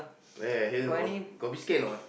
where here got no got biscuit not